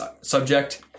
subject